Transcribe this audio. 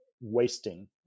wasting